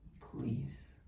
please